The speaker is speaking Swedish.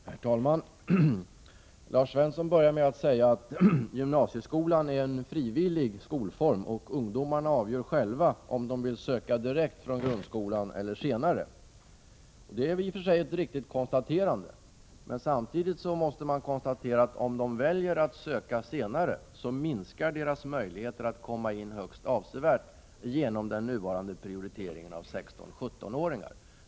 Herr talman! Lars Svensson började med att säga att gymnasieskolan är en frivillig skolform och att ungdomarna själva avgör om de vill söka dit direkt från grundskolan eller senare. Det är i och för sig ett riktigt konstaterande. Men samtidigt måste man konstatera att om ungdomarna väljer att söka senare minskar deras möjligheter att komma in högst avsevärt på grund av den nuvarande prioriteringen av 16-17-åringar.